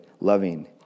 loving